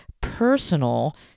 personal